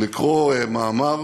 לקרוא מאמר